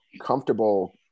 comfortable